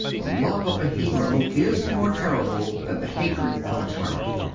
the love of a hero is more terrible than the hatred of a tyrant.